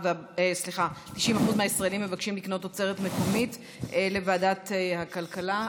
90% מהישראלים מבקשים לקנות תוצרת מקומית לוועדת הכלכלה.